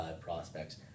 prospects